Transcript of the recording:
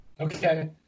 Okay